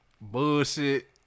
Bullshit